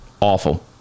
awful